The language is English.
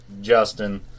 Justin